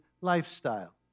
lifestyle